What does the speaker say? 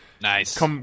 Nice